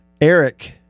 Eric